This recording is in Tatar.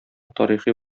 тарихи